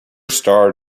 star